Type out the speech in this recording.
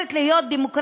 שמתיימרת להיות דמוקרטית,